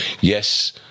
Yes